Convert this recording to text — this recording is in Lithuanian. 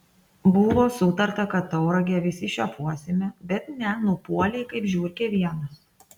buvo sutarta kad tauragę visi šefuosime bet ne nupuolei kaip žiurkė vienas